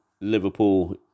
Liverpool